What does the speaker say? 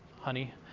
honey